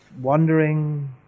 wandering